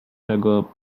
czego